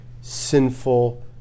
sinful